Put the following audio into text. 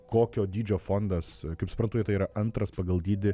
kokio dydžio fondas kaip suprantu tai yra antras pagal dydį